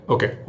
Okay